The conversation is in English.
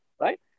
right